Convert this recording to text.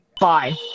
Bye